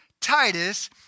Titus